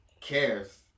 cares